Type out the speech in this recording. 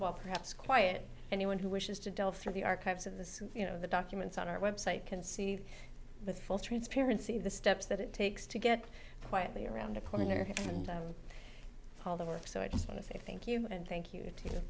while perhaps quiet anyone who wishes to delve through the archives of this you know the documents on our website can see the full transparency the steps that it takes to get quietly around a corner and all the work so i just want to say thank you and thank you to